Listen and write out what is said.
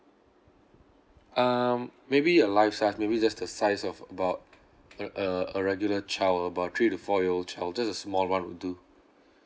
um maybe a live size maybe just the size of about a a a regular child about three to four year old child just a small one will do